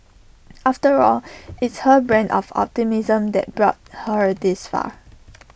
after all it's her brand of optimism that brought her this far